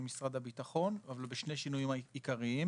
משרד הביטחון אבל בשני שינויים עיקריים.